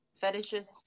fetishes